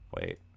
Wait